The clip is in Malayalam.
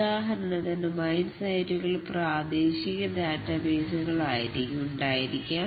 ഉദാഹരണത്തിന് മൈൻ സൈറ്റുകളിൽ പ്രാദേശിക ഡാറ്റാബേസ് കൾ ഉണ്ടായിരിക്കാം